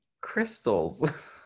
crystals